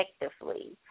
effectively